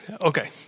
Okay